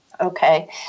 Okay